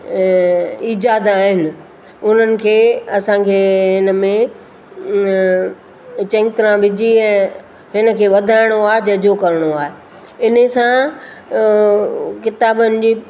ईजाद आहिनि उन्हनि खे असांखे इन में चङी तरह विझी ऐं हिन खे वधाइणो आहे जजो करिणो आहे इन सां किताबनि जी